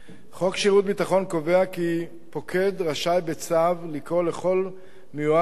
חוק שירות ביטחון קובע כי פוקד רשאי לקרוא בצו לכל מיועד לשירות